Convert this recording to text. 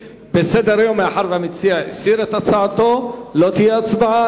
מאחר שהמציע הסיר את הצעתו, לא תהיה הצבעה.